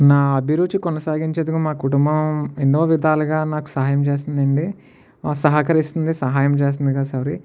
నా అభిరుచి కొనసాగించేందుకు మా కుటుంబం ఎన్నో విధాలుగా నాకు సాయం చేస్తుంది అండి సహకరిస్తుంది సహాయం చేస్తంది కాదు సారీ